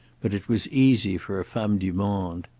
but it was easy for a femme du monde.